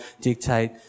dictate